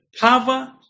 power